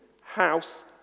house